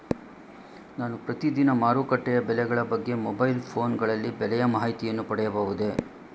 ನಾನು ಪ್ರತಿದಿನ ಮಾರುಕಟ್ಟೆಯ ಬೆಲೆಗಳ ಬಗ್ಗೆ ಮೊಬೈಲ್ ಫೋನ್ ಗಳಲ್ಲಿ ಬೆಲೆಯ ಮಾಹಿತಿಯನ್ನು ಪಡೆಯಬಹುದೇ?